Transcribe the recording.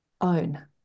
own